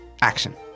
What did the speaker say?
Action